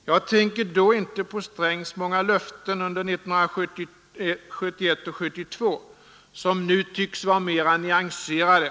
Jag tänker då inte på att herr Strängs många löften under 1971 och 1972 nu tycks vara mera nyanserade.